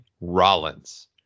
Rollins